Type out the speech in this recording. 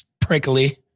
prickly